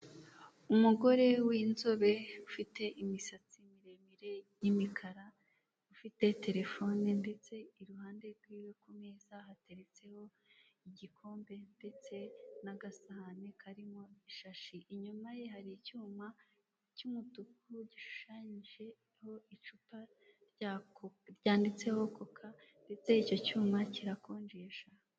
Umugore w'inzobe ufite imisatsi miremire y'imikara ufite telefone, ndetse iruhande rwiwe ku meza hateretseho igikombe ndetse n'agasahane karimo ishashi, inyuma ye hari icyuma cy'umutuku gishushanyijeho icupa ryanditseho coca, ndetse icyo cyuma kirakonjesha.